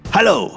Hello